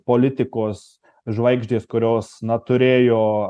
politikos žvaigždės kurios na turėjo